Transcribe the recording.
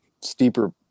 Steeper